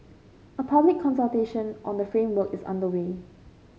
a public consultation on the framework is underway